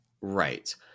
Right